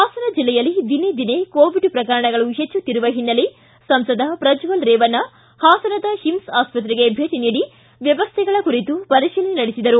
ಹಾಸನ ಜಿಲ್ಲೆಯಲ್ಲಿ ದಿನೇ ದಿನೇ ಕೋವಿಡ್ ಪ್ರಕರಣಗಳು ಹೆಚ್ಚುತ್ತಿರುವ ಹಿನ್ನೆಲೆ ಸಂಸದ ಪ್ರಜ್ಞಲ್ ರೇವಣ್ಣ ಹಾಸನದ ಹಿಮ್ಸ್ ಆಸ್ಪತ್ರೆಗೆ ಭೇಟಿ ನೀಡಿ ವ್ಯವಸ್ಟೆಗಳ ಕುರಿತು ಪರಿಶೀಲನೆ ನಡೆಸಿದರು